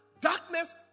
darkness